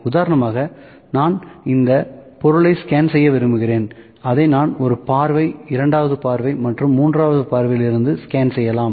உதாரணமாக நான் இந்த பொருளை ஸ்கேன் செய்ய விரும்புகிறேன் அதை நான் ஒரு பார்வை இரண்டாவது பார்வை மற்றும் மூன்றாவது பார்வையில் இருந்து ஸ்கேன் செய்யலாம்